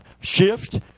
shift